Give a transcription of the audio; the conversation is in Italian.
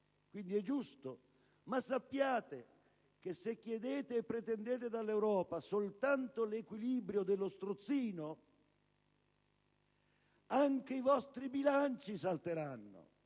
Quindi, ciò è giusto, ma sappiate che, se chiedete e pretendete dall'Europa soltanto l'equilibrio dello strozzino, anche i vostri bilanci salteranno,